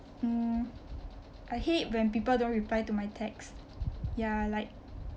mm I hate it when people don't reply to my text ya like